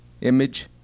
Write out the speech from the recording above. image